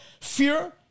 fear